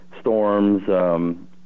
storms